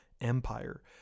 empire